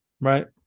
right